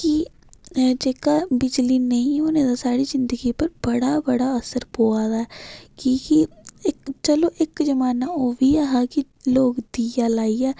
कि एह् जेह्का बिजली नेईं होने दा साढ़ी जिंदगी उप्पर बड़ा बड़ा असर पवै दा ऐ कि कि इक चलो इक जमान्ना ओह् बी ऐ हा कि लोक दिया लाइयै